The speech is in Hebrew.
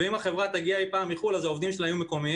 ואם החברה תגיע אי פעם מחו"ל אז העובדים שלה יהיו מקומיים.